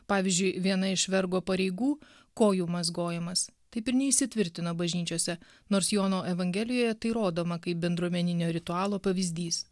pavyzdžiui viena iš vergo pareigų kojų mazgojimas taip ir neįsitvirtino bažnyčiose nors jono evangelijoje tai rodoma kaip bendruomeninio ritualo pavyzdys